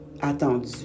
attendu